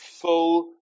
full